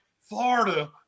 Florida